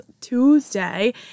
Tuesday